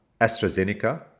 AstraZeneca